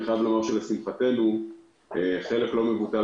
אני יכול לומר שלשמחתנו חלק לא מבוטל